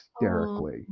hysterically